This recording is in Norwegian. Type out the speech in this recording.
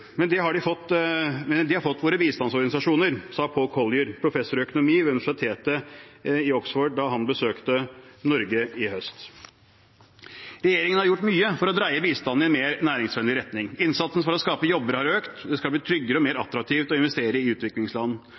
men de har fått våre bistandsorganisasjoner, sa Paul Collier, professor i økonomi ved universitetet i Oxford da han besøkte Norge i høst. Regjeringen har gjort mye for å dreie bistanden i mer næringsvennlig retning. Innsatsen for å skape jobber har økt. Det skal bli tryggere og mer attraktivt å investere i utviklingsland